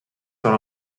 són